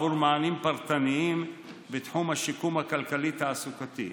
עבור מענים פרטניים בתחום השיקום הכלכלי-תעסוקתי.